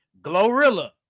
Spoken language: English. Glorilla